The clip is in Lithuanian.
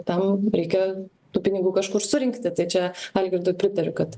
tam reikia tų pinigų kažkur surinkti tai čia algirdui pritariu kad